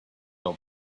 old